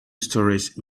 storeys